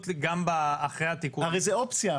הרי זו אופציה.